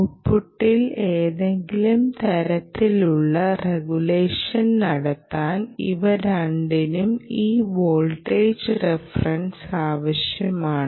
ഔട്ട്പുട്ടിൽ ഏതെങ്കിലും തരത്തിലുള്ള റഗുലേഷൻ നടത്താൻ ഇവ രണ്ടിനും ഈ വോൾട്ടേജ് റഫറൻസ് ആവശ്യമാണ്